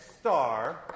star